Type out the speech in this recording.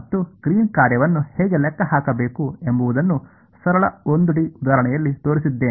ಮತ್ತು ಗ್ರೀನ್ನ ಕಾರ್ಯವನ್ನು ಹೇಗೆ ಲೆಕ್ಕ ಹಾಕಬೇಕು ಎಂಬುದನ್ನು ಸರಳ 1 ಡಿ ಉದಾಹರಣೆಯಲ್ಲಿ ತೋರಿಸಿದ್ದೇನೆ